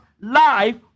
Life